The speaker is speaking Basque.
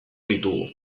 ditugu